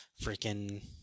freaking